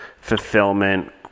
fulfillment